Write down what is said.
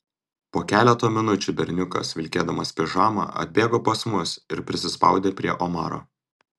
po keleto minučių berniukas vilkėdamas pižamą atbėgo pas mus ir prisispaudė prie omaro